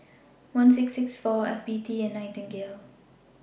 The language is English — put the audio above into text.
one six six four F B T and Nightingale